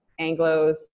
Anglos